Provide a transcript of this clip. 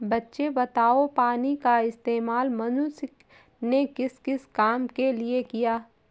बच्चे बताओ पानी का इस्तेमाल मनुष्य ने किस किस काम के लिए किया?